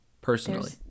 Personally